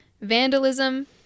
vandalism